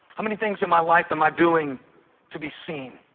how many things in my life am i doing to be seen?